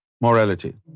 morality